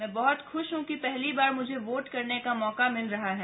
मैं बहुत खुश हुँ कि पहली बार मुझे वोट करने का मौका मिल रहा है